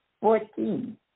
fourteen